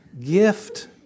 gift